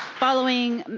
following